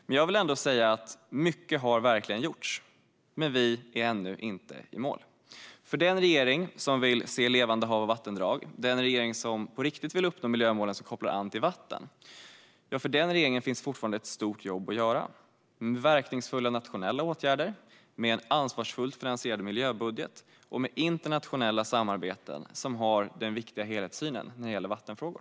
Men jag vill ändå säga att mycket har gjorts, även om vi ännu inte är i mål. För den regering som vill se levande hav och vattendrag och som på riktigt vill uppnå de miljömål som har med vatten att göra finns fortfarande ett stort jobb att göra. Det handlar om verkningsfulla nationella åtgärder, en ansvarsfullt finansierad miljöbudget och internationella samarbeten som har en helhetssyn när det gäller vattenfrågor.